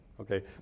Okay